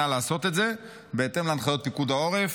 נא לעשות את זה בהתאם להנחיות פיקוד העורף.